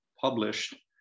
published